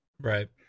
right